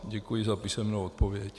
Děkuji za písemnou odpověď.